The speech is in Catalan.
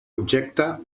objecte